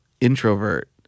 Introvert